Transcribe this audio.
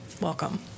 welcome